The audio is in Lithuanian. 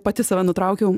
pati save nutraukiau